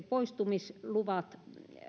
poistumislupia